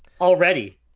Already